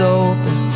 open